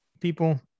people